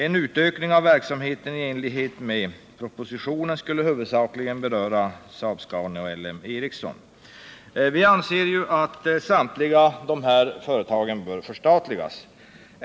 En utökning av verksamheten i enlighet med propositionen skulle huvudsakligen beröra Saab-Scania och L M Ericsson. Vi anser att samtliga dessa företag bör förstatligas.